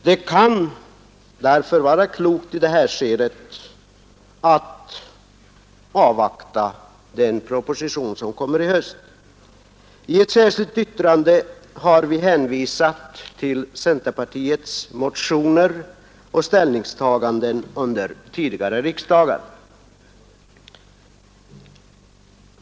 Det kan därför vara klokt i det här skedet att avvakta den proposition som kommer i höst. I ett särskilt yttrande har vi hänvisat till centerpartiets motioner och ställningstaganden under tidigare år.